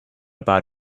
about